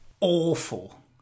awful